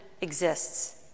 exists